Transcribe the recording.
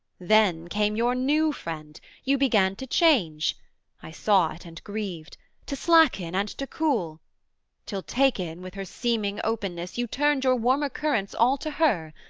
then came your new friend you began to change i saw it and grieved to slacken and to cool till taken with her seeming openness you turned your warmer currents all to her,